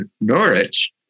Norwich